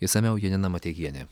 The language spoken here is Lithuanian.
išsamiau janina mateikienė